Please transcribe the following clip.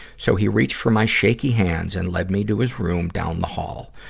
so he reached for my shaky hands and led me to his room down the hall.